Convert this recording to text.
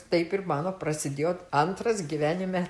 taip ir mano prasidėjo antras gyvenime